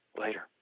later